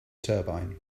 turbine